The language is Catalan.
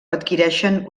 adquireixen